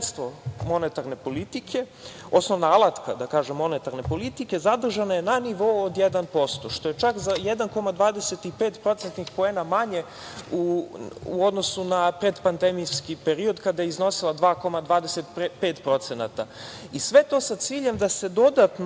monetarne politike, osnovna alatka monetarne politike je zadržana na nivou od 1%, što je za 1,25% manje u odnosu na period pre pandemije, kada je iznosila 2,25% i sve to sa ciljem da se dodatno